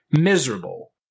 miserable